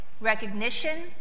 recognition